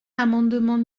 l’amendement